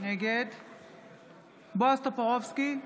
נגד בועז טופורובסקי,